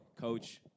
Coach